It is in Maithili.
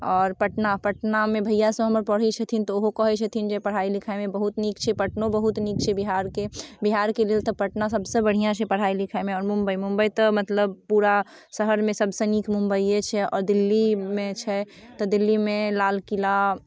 आओर पटना पटनामे भइआसब हमर पढ़ै छथिन तऽ ओहो कहै छथिन जे पढ़ाइ लिखाइमे बहुत नीक छै पटनो बहुत नीक छै बिहारके बिहारके लेल तऽ पटना सबसँ बढ़िआँ छै पढ़ाइ लिखाइमे आओर मुम्बइ मुम्बइ तऽ मतलब पूरा शहरमे सबसँ नीक मुम्बइए छै आओर दिल्लीमे छै तऽ दिल्लीमे लालकिला